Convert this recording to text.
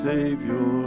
Savior